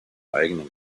eigenen